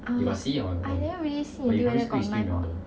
err I never really see until whether got knife or